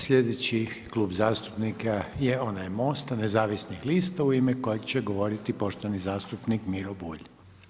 Sljedeći Klub zastupnika je onaj Mosta, nezavisnih lista, u ime kojega će govoriti poštovani zastupnika Miro Bulj.